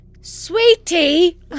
Sweetie